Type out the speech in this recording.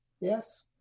Yes